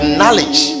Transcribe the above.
knowledge